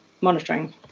monitoring